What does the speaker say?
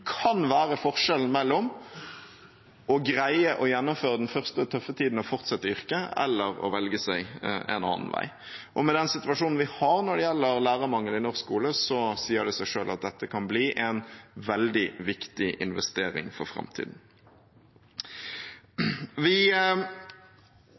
kan være forskjellen mellom å greie å gjennomføre den første tøffe tiden og fortsette i yrket og å velge seg en annen vei. Med den situasjonen vi har når det gjelder lærermangel i norsk skole, sier det seg selv at dette kan bli en veldig viktig investering for framtiden.